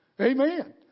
Amen